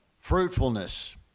fruitfulness